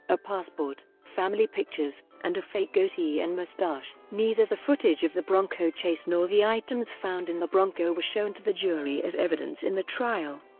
a passport, family pictures, and a fake goatee and mustache. neither the footage of the bronco chase nor the items found in the bronco were shown to the jury as evidence in the trial.